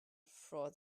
for